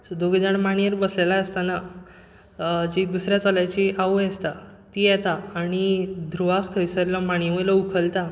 so दोगूय जाण मांडयेर बसलेले आसतना जी दुसऱ्या चल्याची आवय आसता ती येता आनी ध्रुवाक थंयसल्लो मांडयेवयलो उखलता